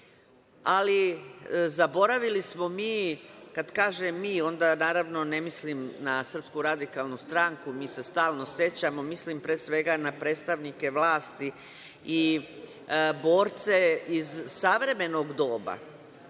Ali, zaboravili smo mi, kada kažem mi, onda naravno ne mislim na SRS, mi se stalno sećamo, mislim pre svega na predstavnike vlasti i borce iz savremenog doba. Dobro